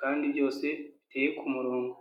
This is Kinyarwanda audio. kandi byose biteye ku murongo.